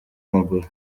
maguru